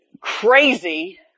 crazy